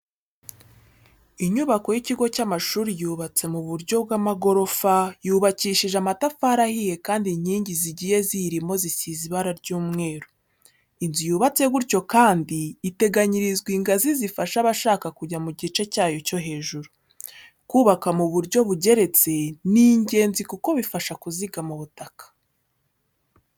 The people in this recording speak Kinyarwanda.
Inyubako y'ikigo cy'amashuri yubatse mu buryo bw'amagorofa, yubakishije amatafari ahiye kandi inkingi zigiye ziyirimo zisize ibara ry'umweru. Inzu yubatse gutyo kandi iteganyirizwa ingazi zifasha abashaka kujya mu gice cyayo cyo hejuru. Kubaka mu buryo bugeretse ni ingenzi kuko bifasha kuzigama ubutaka.